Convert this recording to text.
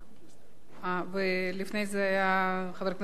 לפני זה היה חבר הכנסת יוחנן פלסנר,